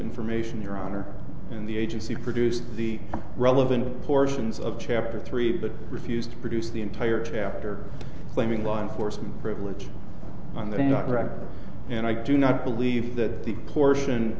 information your honor and the agency produced the relevant portions of chapter three but refused to produce the entire chapter claiming law enforcement privilege on the right and i do not believe that the portion